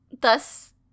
thus